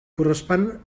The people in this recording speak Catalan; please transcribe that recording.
correspon